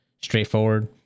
straightforward